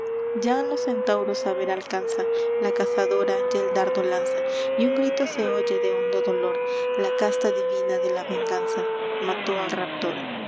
ya a los centauros a ver alcanza la cazadora ya el dardo lanza y un grito se oye de hondo dolor la casta divina de la venganza mató al raptor